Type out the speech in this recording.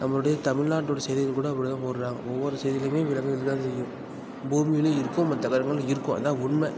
நம்மளுடைய தமிழ்நாட்டுடைய செய்திகள் கூட அப்படி தான் போடுகிறாங்க ஒவ்வொரு செய்திலேயுமே விலங்கு இருக்கற தான் செய்யும் பூமிலேயும் இருக்குது மற்ற கிரகங்கள்லேயும் இருக்கும் அதுதான் உண்மை